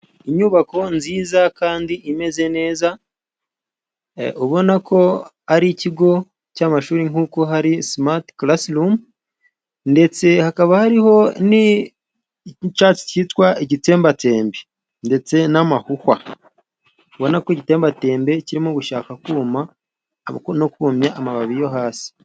Inyubako nziza kandi imeze neza, ubona ko ari ikigo cy'amashuri nk'uko hari smart classroom, ndetse hakaba hariho n'icyatsi cyitwa igitsembatsembe ndetse n'amahuhwa, ubona ko igitembatembe kirimo gushaka kuma no kumya amababi yo hasi.